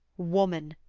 woman,